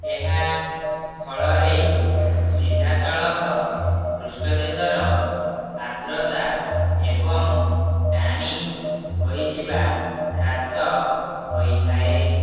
ଏହା ଫଳରେ ସିଧାସଳଖ ପୃଷ୍ଠଦେଶର ଆର୍ଦ୍ରତା ଏବଂ ଟାଣି ହୋଇଯିବା ହ୍ରାସ ହୋଇଥାଏ